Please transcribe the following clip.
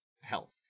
Health